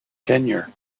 tenure